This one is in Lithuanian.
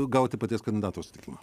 gauti paties kandidato sutikimą